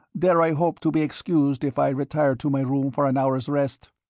dare i hope to be excused if i retire to my room for an hour's rest?